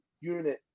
unit